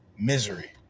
misery